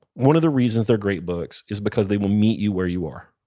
one of the reasons they're great books is because they will meet you where you are.